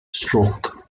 stroke